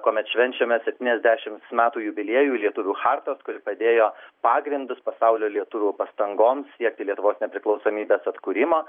kuomet švenčiame septyniasdešim metų jubiliejų lietuvių chartos kuri padėjo pagrindus pasaulio lietuvių pastangoms siekti lietuvos nepriklausomybės atkūrimo